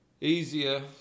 easier